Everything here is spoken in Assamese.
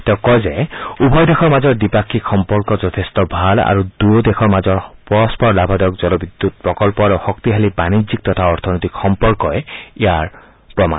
তেওঁ কয় যে উভয় দেশৰ মাজৰ দ্বিপাক্ষিক সম্পৰ্ক যথেষ্ট ভাল আৰু দুয়ো দেশৰ মাজৰ পৰস্পৰ লাভদায়ক জলবিদ্যুৎ প্ৰকল্প আৰু শক্তিশালী বাণিজ্যিক তথা অৰ্থনৈতিক সম্পৰ্কই ইয়াৰ প্ৰমাণ